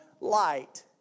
light